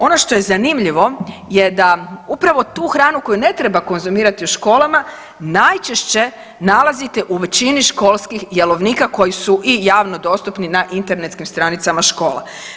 Ono što je zanimljivo je da upravo tu hranu koju ne treba konzumirati u školama najčešće nalazite u većini školskih jelovnika koji su i javno dostupni na internetskim stranicama škole.